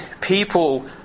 people